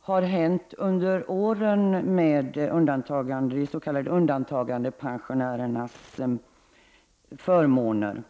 har hänt under åren med de s.k. undantagandepensionärernas förmåner.